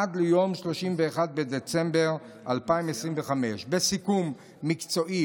עד ליום 31 בדצמבר 2025. בסיכום מקצועי